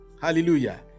Hallelujah